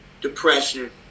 depression